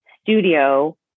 studio